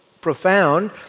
profound